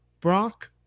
Brock